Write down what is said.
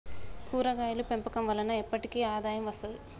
కూరగాయలు పెంపకం వలన ఎప్పటికి ఆదాయం వస్తది